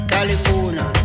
California